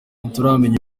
ntituramenya